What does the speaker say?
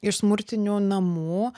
iš smurtinių namų